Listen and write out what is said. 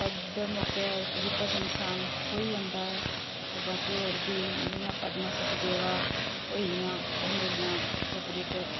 पढ़दे मौकै कविता च इंसान खोई जंदा ऐ ते बाकी होर बी जियां पद्मा सचदेवा होई गेइयां ओह् मेरियां फेवरट